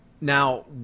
Now